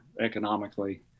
economically